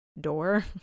door